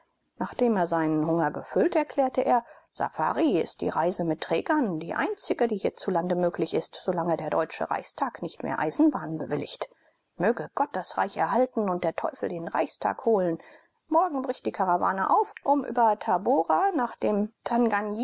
nachdem er seinen hunger gefüllt erklärte er safari ist die reise mit trägern die einzige die hierzulande möglich ist solange der deutsche reichstag nicht mehr eisenbahnen bewilligt möge gott das reich erhalten und der teufel den reichstag holen morgen bricht die karawane auf um über tabora nach dem